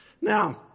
Now